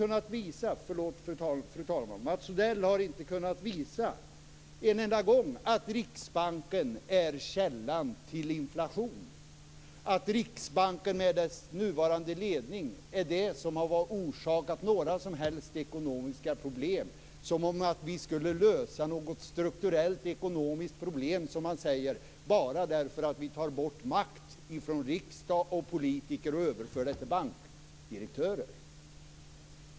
Mats Odell har inte en enda gång kunnat visa att Riksbanken är källan till inflation och att Riksbanken och dess nuvarande ledning har orsakat några som helst ekonomiska problem. Det verkar som om vi skulle lösa något strukturellt ekonomiskt problem bara genom att ta bort makt från riksdag och politiker och överföra den till bankdirektörer.